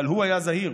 אבל הוא היה זהיר,